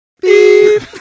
Beep